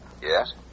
Yes